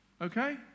Okay